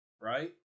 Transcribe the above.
Right